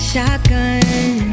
shotgun